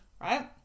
right